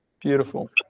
beautiful